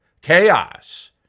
chaos